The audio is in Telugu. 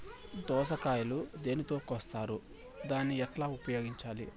దోస కాయలు దేనితో కోస్తారు దాన్ని ఎట్లా ఉపయోగించాలి?